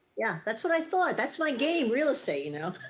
yeah, that's what i thought. that's my game, real estate, you know.